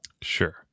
sure